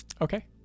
Okay